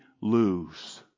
lose